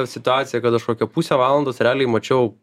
situacija kad aš kokią pusę valandos realiai mačiau